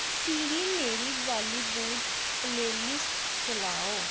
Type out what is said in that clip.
सिरी मेरी Bollywood playlist चलाओ